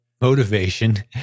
motivation